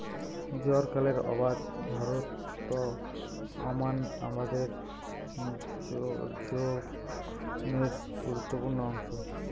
জ্বারকালের আবাদ ভারতত আমান আবাদের জোখনের গুরুত্বপূর্ণ অংশ